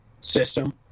system